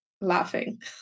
laughing